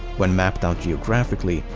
when mapped out geographically,